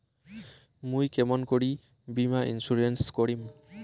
মুই কেমন করি বীমা ইন্সুরেন্স করিম?